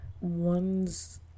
one's